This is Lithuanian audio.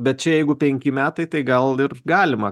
bet čia jeigu penki metai tai gal ir galima